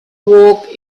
walk